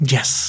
Yes